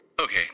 Okay